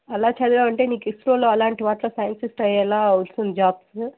అలా చదివావంటే నీకు ఇస్రోలో అలాంటి వాటిలో సైంటిస్ట్ అయ్యేలా వస్తుంది జాబ్స్